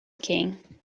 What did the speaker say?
king